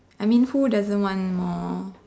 I mean who doesn't want more